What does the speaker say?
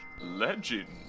legend